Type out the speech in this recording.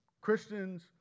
Christians